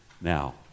Now